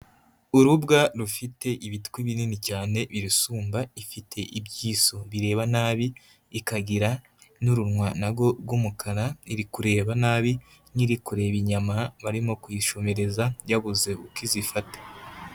Urubwa rufite ibitwi binini cyane birusumba, ifite ibyiso bireba nabi, ikagira n'urunwa na rwo rw'umukara, iri kureba nabi nk'iri kureba inyama barimo kuyishumereza yabuze uko izifata.